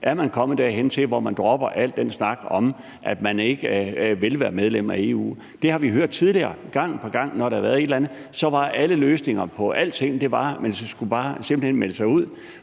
Er man kommet dertil, at man dropper al den snak om, at man ikke vil være medlem af EU? Vi har tidligere hørt gang på gang, når der har været et eller andet, at så var alle løsninger på alting simpelt hen bare at melde sig ud.